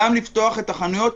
גם לפתוח את החנויות,